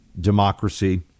democracy